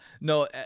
no